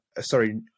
Sorry